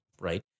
right